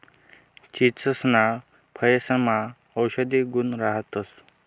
चीचसना फयेसमा औषधी गुण राहतंस